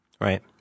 Right